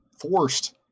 forced